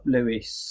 Lewis